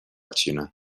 xina